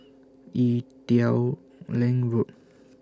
Ee Teow Leng Road